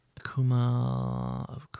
Akuma